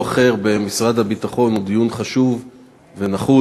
אחר במשרד הביטחון הוא דיון חשוב ונחוץ.